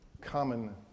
common